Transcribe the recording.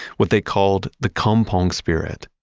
what they called the kampong spirit,